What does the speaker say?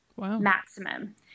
maximum